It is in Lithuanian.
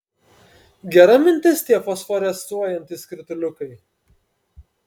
gera mintis tie fosforescuojantys skrituliukai